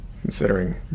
considering